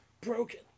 broken